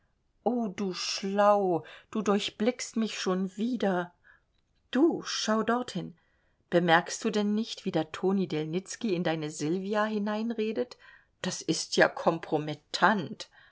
o du schlau du durchblickst mich schon wieder du schau dorthin bemerkst du denn nicht wie der toni delnitzky in deine sylvia hineinredet das ist ja